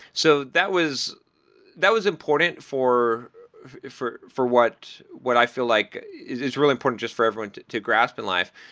so that was that was important for for what what i feel like is is really important just for everyone to to grasp in life,